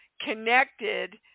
connected